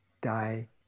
die